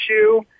issue